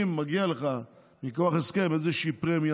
אם מגיעה לך מכוח הסכם איזושהי פרמיה,